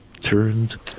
turned